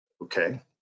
okay